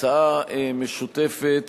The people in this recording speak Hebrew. הצעה משותפת